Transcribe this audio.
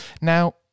Now